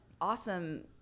awesome